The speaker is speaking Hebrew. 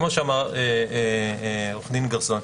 כמו שאמר עו"ד גרסון,